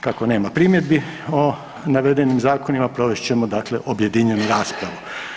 Kako nema primjedbi o navedenim zakonima, provest ćemo dakle objedinjenu raspravu.